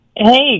Hey